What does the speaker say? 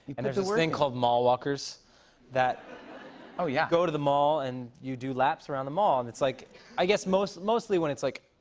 and there's this thing called mall walkers that oh, yeah. go to the mall, and you do laps around the mall. and it's like i guess mostly mostly when it's, like,